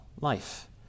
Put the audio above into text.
life